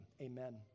Amen